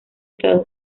estados